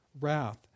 wrath